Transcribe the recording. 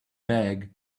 bag